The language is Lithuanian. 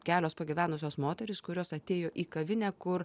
kelios pagyvenusios moterys kurios atėjo į kavinę kur